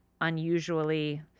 unusually